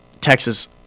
Texas